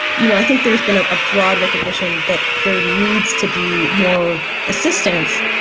you know, i think there's been a ah broad recognition that there needs to be more assistance.